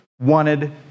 wanted